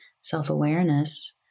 self-awareness